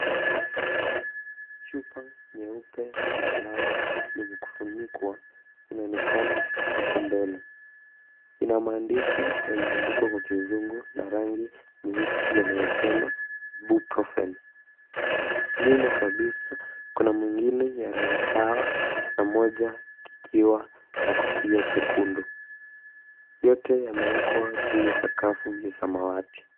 Chupa nyeupe ya dawa yenye kufunikwa inaonekana hapo mbele. Ina maandishi yaliyoandikwa kwa kizungu na rangi nyeusi yanayosema bookrofen .Nyuma kabisa kuna mwingine ya rangi sawa na moja kikiwa na kofia chekundu. Yote yameekwa juu ya sakafu ya samawati.